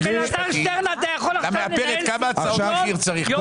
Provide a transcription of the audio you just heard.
עם אלעזר שטרן אתה יכול עכשיו לנהל שיחות יומיים.